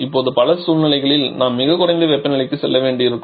இப்போது பல சூழ்நிலைகளில் நாம் மிகக் குறைந்த வெப்பநிலைக்கு செல்ல வேண்டியிருக்கும்